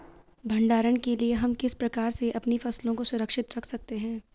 भंडारण के लिए हम किस प्रकार से अपनी फसलों को सुरक्षित रख सकते हैं?